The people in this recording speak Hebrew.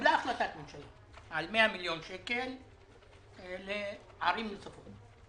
התקבלה החלטת ממשלה על 100 מיליון שקל לערים נוספות.